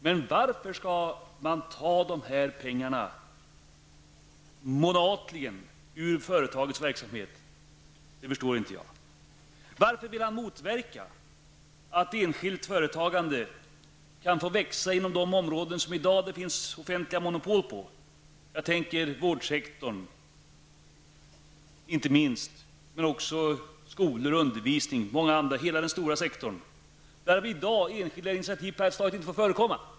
Men varför skall man ta dessa pengar månatligen ur företagets verksamhet? Det förstår jag inte. Varför vill man motverka att ett enskilt företag kan växa inom de områden där det i dag finns offentliga monopol? Jag tänker på vårdsektorn inte minst, men också på skolor och undervisning -- hela den stora sektor där i dag enskilda initiativ praktiskt taget inte får förekomma.